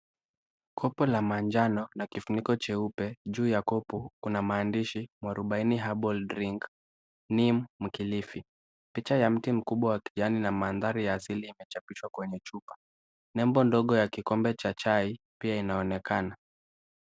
Kopo la manjana na kifuniko cheupe juu ya kopo kuna maandishi, mwarubaini herbal drink. Name mkilifi. Picha ya mti mkubwa jani na mandhari ya asil limechapishwa kwenye chupa. Nembo ndogo ya kikombe cha chai pia inaonekana.